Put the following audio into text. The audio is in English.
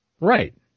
Right